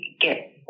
get